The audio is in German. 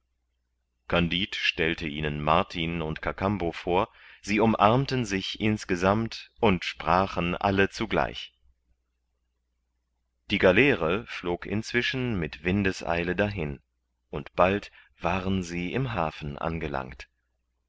kandid stellte ihnen martin und kakambo vor sie umarmten sich insgesammt und sprachen alle zugleich die galeere flog inzwischen mit windeseile dahin und bald waren sie im hafen angelangt